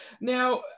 now